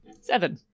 Seven